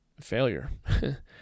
failure